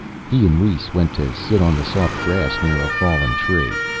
he and rhes went to sit on the soft grass, near a fallen tree.